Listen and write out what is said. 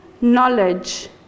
knowledge